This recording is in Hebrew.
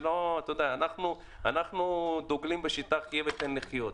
אנחנו דוגלים בשיטה של חיה ותן לחיות.